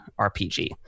RPG